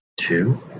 two